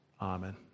Amen